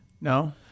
No